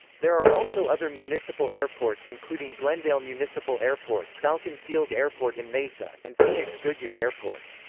there are also other municipal airports including glendale municipal airport, falcon field airport in mesa, and phoenix goodyear airport.